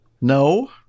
No